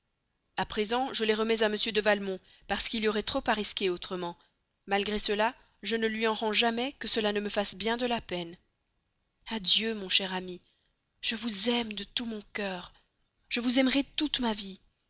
à présent je les remets toujours à m de valmont parce qu'il y aurait trop à risquer autrement malgré cela je ne lui en rends jamais que cela ne me fasse bien de la peine adieu mon cher ami je vous aime de tout mon cœur je vous aimerai toute ma vie